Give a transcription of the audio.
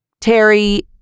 Terry